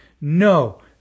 No